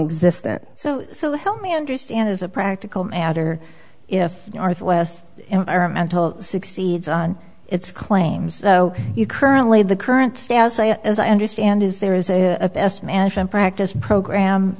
existent so help me understand as a practical matter if north west environmental succeeds on its claims you currently the current status as i understand is there is a best management practice program